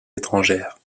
étrangères